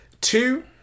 Two